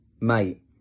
mate